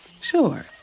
Sure